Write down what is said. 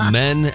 men